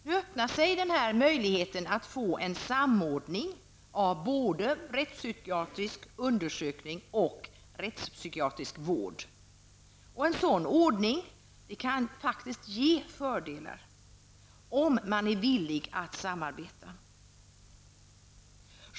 Nu öppnar sig en möjlighet att få en samordning av både rättspsykiatrisk undersökning och rättspsykiatrisk vård. En sådan ordning kan faktiskt medföra fördelar om man är villig att samarbeta.